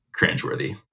cringeworthy